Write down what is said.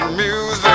music